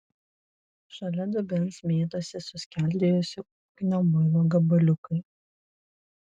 šalia dubens mėtosi suskeldėjusio ūkinio muilo gabaliukai